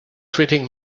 treating